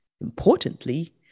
Importantly